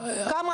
בלי מסמכים,